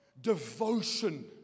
devotion